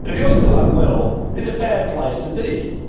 and if you're still unwell, it's a bad place to be.